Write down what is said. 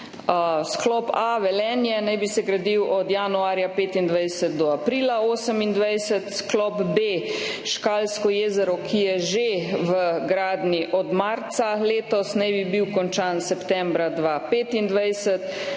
Sklop A Velenje naj bi se gradil od januarja 2025 do aprila 2028, sklop B Škalsko jezero, ki je že v gradnji od marca letos, naj bi bil končan septembra 2025,